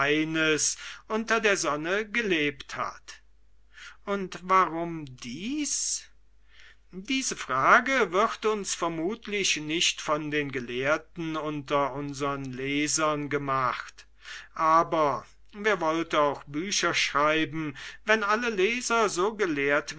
unter der sonne gelebt hat und warum dies diese frage wird uns vermutlich nicht von den gelehrten unter unsern lesern gemacht aber wer wollte auch bücher schreiben wenn alle leser so